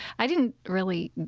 i didn't really,